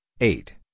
eight